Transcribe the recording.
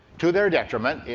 to their detriment.